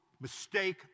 mistake